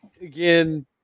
again